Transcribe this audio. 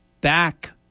back